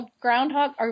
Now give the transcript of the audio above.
Groundhog